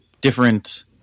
different